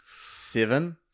seven